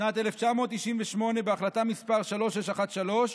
בשנת 1998, בהחלטה מס' 3613,